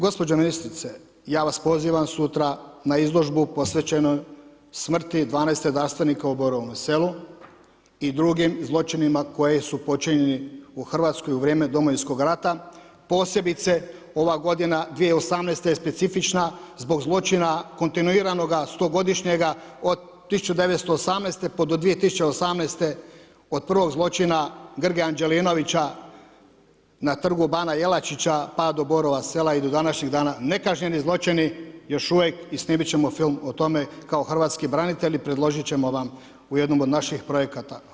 Gospođo ministrice, ja vas pozivam sutra na izložbu posvećenoj smrti 12 redarstvenika u Borovom Selu i drugim zločinima koji su počinjeni u Hrvatskoj u vrijeme Domovinskog rata, posebice ova godina 2018. je specifična zbog zločina kontinuiranoga stogodišnjega, od 1918. pa do 2018., od prvog zločina Grge Anđelinovića na Trgu bana Jelačića pa do Borova Sela i do današnjeg dana nekažnjeni zločini još uvijek i snimit ćemo film o tome kao hrvatski branitelji, predložit ćemo vam u jednom od naših projekata.